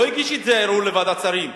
הוא לא הגיש ערעור לוועדת שרים,